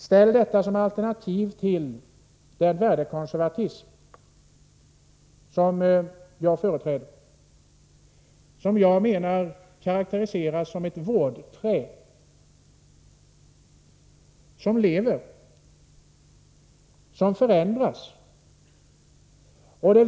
Ställ detta som alternativ till den värdekonservatism som jag företräder och som jag menar kan karakteriseras som ett vårdträd som lever, som förändras.